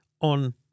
On